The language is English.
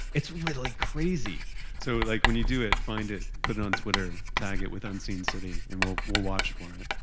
it's really crazy so like when you do it, find it. put it on twitter, tag it with unseen city, and we'll we'll watch for it.